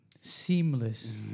seamless